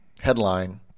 headline